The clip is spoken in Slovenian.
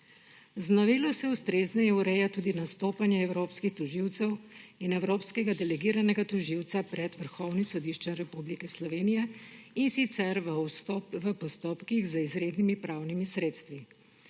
Z novelo se ustrezneje ureja tudi nastopanje evropskih tožilcev in evropskega delegiranega tožilca pred Vrhovnim sodiščem Republike Slovenije, in sicer v postopkih z izrednimi pravnimi sredstvi.